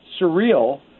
surreal